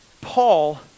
Paul